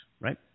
right